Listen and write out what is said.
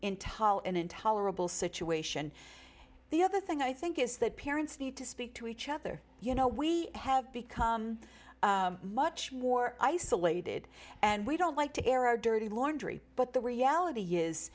in tal an intolerable situation the other thing i think is that parents need to speak to each other you know we have become much more isolated and we don't like to air our dirty laundry but the reality is